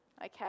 Okay